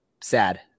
sad